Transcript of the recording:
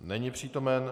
Není přítomen.